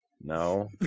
no